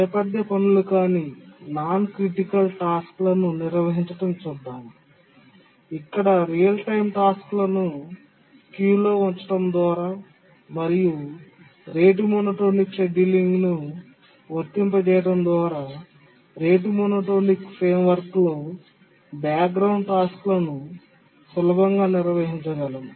నేపథ్య పనులు కాని నాన్ క్రిటికల్ టాస్క్లను నిర్వహించడం చూద్దాం మరియు రియల్ టైమ్ టాస్క్లను క్యూలో ఉంచడం ద్వారా మరియు రేటు మోనోటోనిక్ షెడ్యూలింగ్ను వర్తింపజేయడం ద్వారా రేటు మోనోటోనిక్ ఫ్రేమ్వర్క్లో బ్యాక్గ్రౌండ్ టాస్క్లను సులభంగా నిర్వహించగలం